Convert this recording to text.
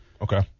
Okay